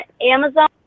Amazon